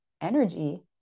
energy